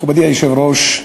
מכובדי היושב-ראש,